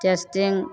tasty